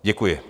Děkuji.